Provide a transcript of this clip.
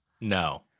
No